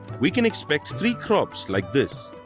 we can expect three crops like this.